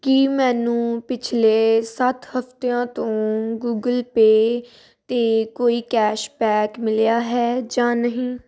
ਕੀ ਮੈਨੂੰ ਪਿਛਲੇ ਸੱਤ ਹਫਤਿਆਂ ਤੋਂ ਗੁਗਲ ਪੇ 'ਤੇ ਕੋਈ ਕੈਸ਼ਬੈਕ ਮਿਲਿਆ ਹੈ ਜਾਂ ਨਹੀਂ